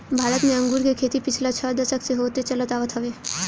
भारत में अंगूर के खेती पिछला छह दशक से होत चलत आवत हवे